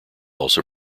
also